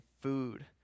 food